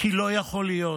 כי לא יכול להיות